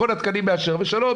מכון התקנים יאשר ושלום,